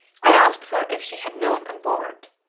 i asked her if she had known on board.